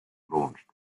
launched